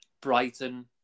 Brighton